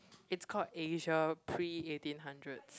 it's called Asia pre eighteen hundreds